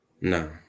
No